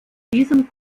diesem